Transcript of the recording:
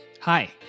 Hi